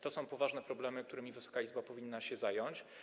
To są poważne problemy, którymi Wysoka Izba powinna się zająć.